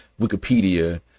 wikipedia